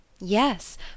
Yes